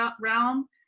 realm